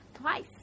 Twice